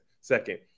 Second